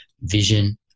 vision